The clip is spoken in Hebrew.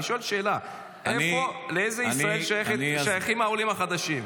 אני שואל שאלה: לאיזה ישראל שייכים העולים החדשים?